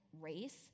race